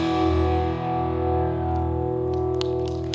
oh